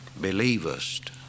believest